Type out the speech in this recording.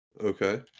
Okay